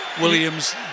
Williams